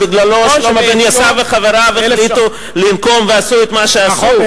שבגללו שלמה בן יוסף וחבריו החליטו לנקום ועשו את מה שעשו.